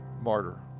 martyr